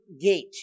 Gate